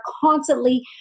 constantly